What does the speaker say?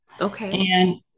Okay